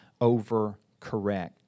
overcorrect